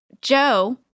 Joe